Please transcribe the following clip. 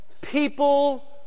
people